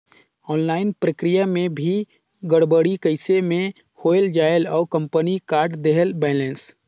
Online प्रक्रिया मे भी गड़बड़ी कइसे मे हो जायेल और कंपनी काट देहेल बैलेंस?